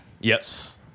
Yes